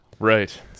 Right